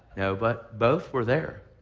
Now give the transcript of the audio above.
no, but both were there.